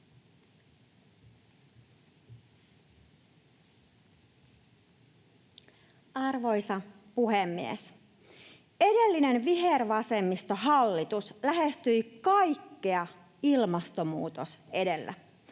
Arvoisa puhemies! Edellinen, vihervasemmistolainen hallitus lähestyi kaikkea ilmastonmuutos edellä.